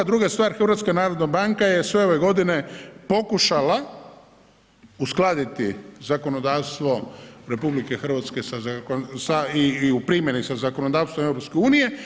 Druga stvar HNB je sve ove godine pokušala uskladiti zakonodavstvo RH sa i u primjeni sa zakonodavstvom EU.